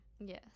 yes